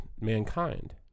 Mankind